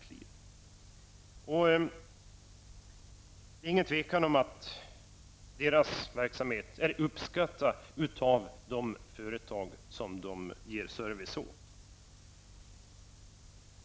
Det är inget tvivel om att deras verksamhet är uppskattad av de företag som de ger service åt.